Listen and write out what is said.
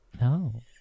No